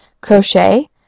Crochet